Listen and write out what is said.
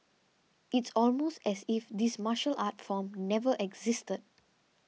it's almost as if this martial art form never existed